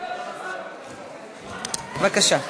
בבקשה.